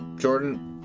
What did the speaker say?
jordan,